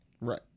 Right